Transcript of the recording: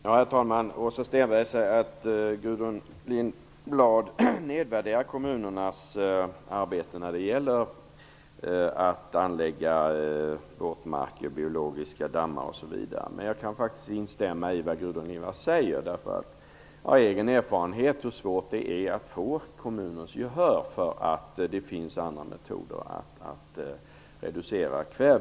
Herr talman! Åsa Stenberg säger att Gudrun Lindvall nedvärderar kommunernas arbete när det gäller att anlägga våtmarker, biologiska dammar, m.m. Men jag kan faktiskt instämma i det Gudrun Lindvall säger, för jag har egen erfarenhet av hur svårt det är att få kommunens gehör för att det finns andra metoder för att reducera kväve.